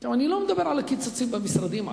אני לא מדבר על הקיצוצים במשרדים,